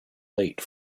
late